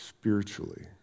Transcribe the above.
spiritually